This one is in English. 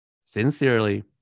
Sincerely